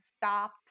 stopped